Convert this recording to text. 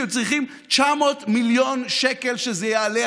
שצריכים 900 מיליון שקל שזה יעלה,